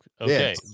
okay